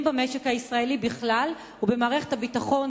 במשק הישראלי בכלל ובמערכת הביטחון,